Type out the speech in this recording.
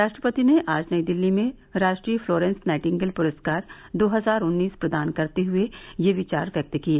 राष्ट्रपति ने आज नई दिल्ली में राष्ट्रीय फ्लोरेंस नाइटिंगेल पुरस्कार दो हजार उन्नीस प्रदान करते हुए यह विचार व्यक्त किए